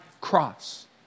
cross